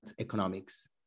Economics